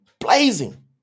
Blazing